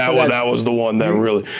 ah that was the one that really,